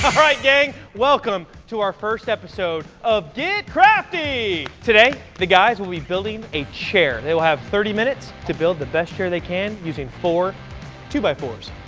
all right, gang, welcome to our first episode of get crafty. today, the guys will be building a chair. they will have thirty minutes to build the best chair they can using four two x four s.